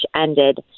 ended